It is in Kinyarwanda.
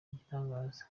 igitangaza